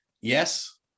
Yes